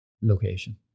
location